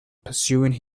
pursuing